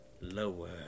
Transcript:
lower